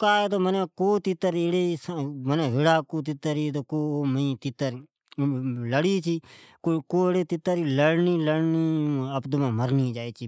چھی ۔ کو تیتر ایڑی ھی جکو لڑی چھیاوی لڑنی لڑنی مرنی جا ئی چھے